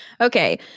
Okay